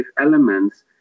elements